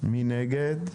מי נגד?